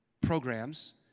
programs